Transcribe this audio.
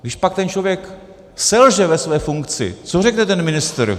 Když pak ten člověk selže ve své funkci, co řekne ten ministr?